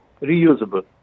reusable